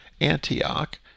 Antioch